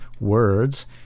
words